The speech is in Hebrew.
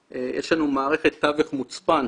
שעשינו שם ביקורת של אבטחת מידע וסייבר בנושא של רישוי.